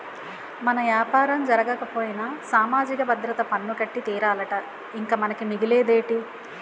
మన యాపారం జరగకపోయినా సామాజిక భద్రత పన్ను కట్టి తీరాలట ఇంక మనకి మిగిలేదేటి